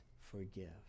forgive